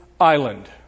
island